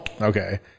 okay